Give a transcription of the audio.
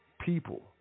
people